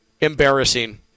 embarrassing